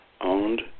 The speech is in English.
owned